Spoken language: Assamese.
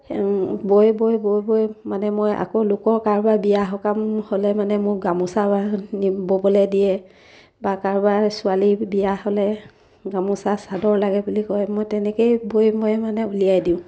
বৈ বৈ বৈ বৈ মানে মই আকৌ লোকৰ কাৰোবাৰ বিয়া সকাম হ'লে মানে মোক গামোচা নি ব'বলৈ দিয়ে বা কাৰোবাৰ ছোৱালী বিয়া হ'লে গামোচা চাদৰ লাগে বুলি কয় মই তেনেকেই বৈ মই মানে উলিয়াই দিওঁ